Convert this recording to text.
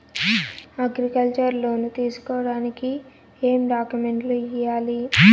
Agriculture loan తీసుకోడానికి ఏం డాక్యుమెంట్లు ఇయ్యాలి?